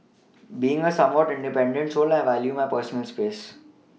being a somewhat independent soul I value my personal space